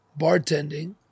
bartending